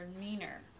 meaner